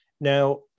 Now